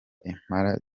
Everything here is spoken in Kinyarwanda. impala